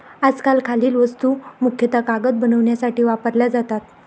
आजकाल खालील वस्तू मुख्यतः कागद बनवण्यासाठी वापरल्या जातात